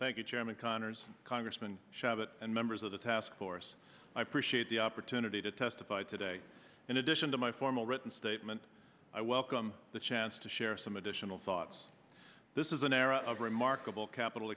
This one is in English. chairman conyers congressman shabbat and members of the task force i appreciate the opportunity to testify today in addition to my formal written statement i welcome the chance to share some additional thoughts this is an era of remarkable capital